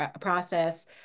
process